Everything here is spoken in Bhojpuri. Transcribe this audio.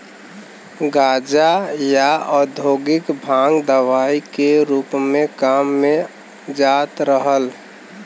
गांजा, या औद्योगिक भांग दवाई के रूप में काम में जात रहल